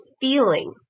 feeling